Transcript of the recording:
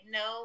no